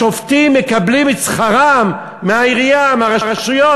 השופטים מקבלים את שכרם מהעירייה, מהרשויות.